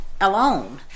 alone